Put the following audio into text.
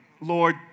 Lord